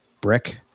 brick